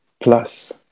plus